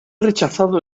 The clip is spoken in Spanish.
rechazado